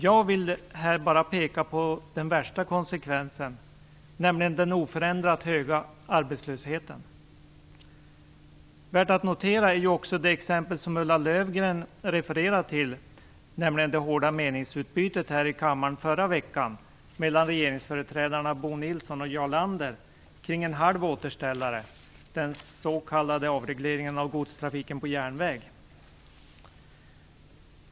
Jag vill här bara peka på den värsta konsekvensen, nämligen den oförändrat höga arbetslösheten. Värt att notera är ju också det exempel som Ulla Löfgren refererade till, nämligen det hårda meningsutbytet här i kammaren förra veckan mellan regeringsföreträdarna Bo Nilsson och Jarl Lander kring en halv återställare, den s.k. avregleringen av godstrafiken på järnväg.